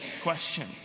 question